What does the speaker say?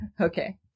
Okay